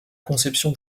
conception